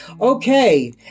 Okay